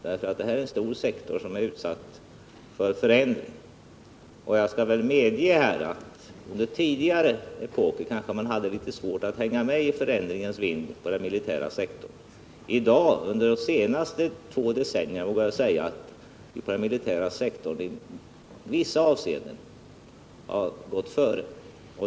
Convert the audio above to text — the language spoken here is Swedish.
Detta är en stor sektor som är utsatt för förändringar. Jag skall gärna medge att man på den militära sektorn under tidigare epoker kanske hade litet svårt att hänga med i förändringens vind. Under de senaste två decennierna har man emellertid på den militära sektorn i vissa avseenden gått före.